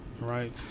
Right